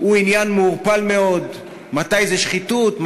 הוא עניין מעורפל מאוד: מתי זו שחיתות,